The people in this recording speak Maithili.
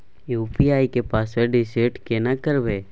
यु.पी.आई के पासवर्ड रिसेट केना करबे?